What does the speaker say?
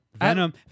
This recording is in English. Venom